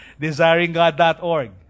desiringgod.org